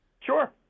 Sure